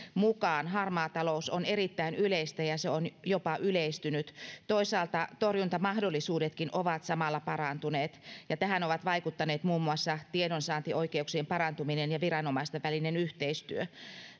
mukaan harmaa talous on erittäin yleistä ja se on jopa yleistynyt toisaalta torjuntamahdollisuudetkin ovat samalla parantuneet ja tähän ovat vaikuttaneet muun muassa tiedonsaantioikeuksien parantuminen ja viranomaisten välinen yhteistyö